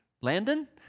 Landon